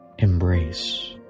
Embrace